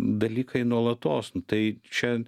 dalykai nuolatos tai čia